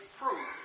proof